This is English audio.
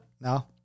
no